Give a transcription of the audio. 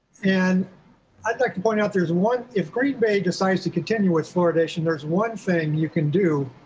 and i'd like to point out there is one, if green bay decides to continue its fluoridation, there's one thing you can do,